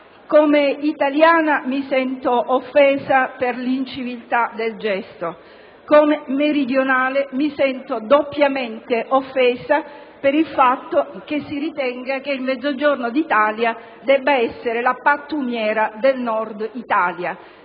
Come italiana mi sento offesa per l'inciviltà del gesto, come meridionale mi sento doppiamente offesa per il fatto che si ritenga che il Mezzogiorno d'Italia debba essere la pattumiera del Nord.